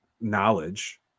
knowledge